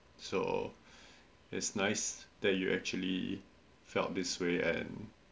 so it's nice that you actually felt this way and